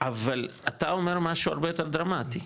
אבל אתה אומר משהו הרבה יותר דרמטי,